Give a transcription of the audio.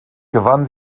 gewann